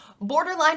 borderline